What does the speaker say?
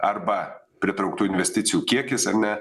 arba pritrauktų investicijų kiekis ar ne